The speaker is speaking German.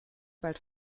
bald